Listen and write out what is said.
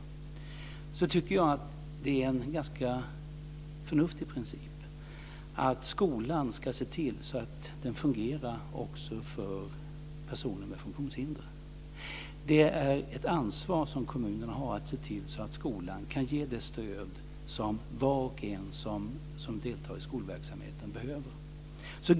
Jag tycker att det är en ganska förnuftig princip att skolan ska se till att den fungerar också för personer med funktionshinder. Kommunerna har ett ansvar för att se till att skolan kan ge det stöd som var och en som deltar i skolverksamheten behöver.